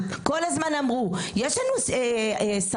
כל הזמן אמרו: "יש לנו סמכות,